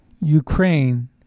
Ukraine